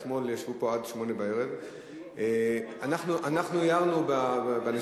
אתמול ישבנו פה עד 20:00. אנחנו הערנו בנשיאות,